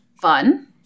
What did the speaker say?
Fun